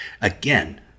Again